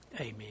Amen